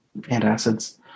antacids